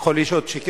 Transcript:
יכול להיות שכן.